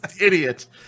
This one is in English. idiot